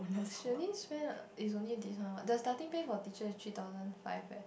she only spend is only this one what the starting pay for teacher is three thousand five eh